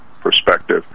perspective